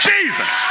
Jesus